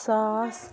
ساس